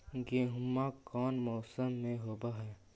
गेहूमा कौन मौसम में होब है?